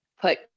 put